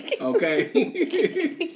Okay